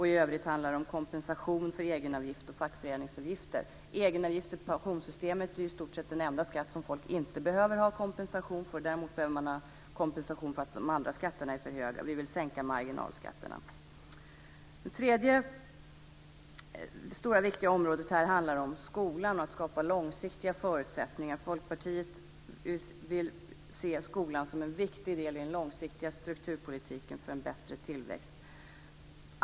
I övrigt handlar det om kompensation för egenavgift och fackföreningsavgifter. Egenavgiften i pensionssystemet är i stort sett den enda skatt som folk inte behöver ha kompensation för. Däremot behöver man ha kompensation för att de andra skatterna är för höga. Vi vill sänka marginalskatterna. Ett annat viktigt område handlar om skolan och att skapa långsiktiga förutsättningar. Folkpartiet vill se skolan som en viktig del i den långsiktiga strukturpolitiken för en bättre tillväxt.